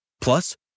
Plus